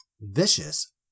vicious